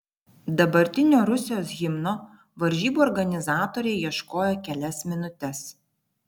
dabartinio rusijos himno varžybų organizatoriai ieškojo kelias minutes